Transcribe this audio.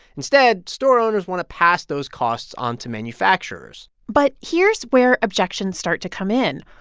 instead, store owners want to pass those costs onto manufacturers but here's where objections start to come in.